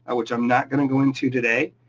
and which i'm not gonna go into today.